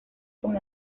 con